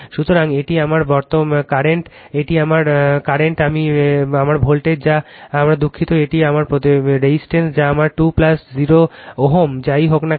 সুতরাং এটি আমার বর্তমান এটি আমার বর্তমান আমি এটি আমার ভোল্টেজ যা আমার দুঃখিত এটি আমার প্রতিবন্ধকতা যা আমার 2 0 Ω যাই হোক না কেন